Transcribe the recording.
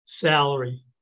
salary